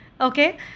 Okay